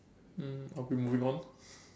um I will be moving on